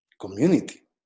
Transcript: community